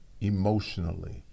emotionally